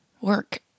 work